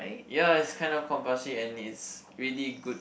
ya it's kind of compulsory and it's really good